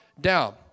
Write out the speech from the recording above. down